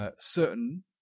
certain